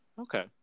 Okay